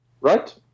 Right